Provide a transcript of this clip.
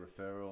referral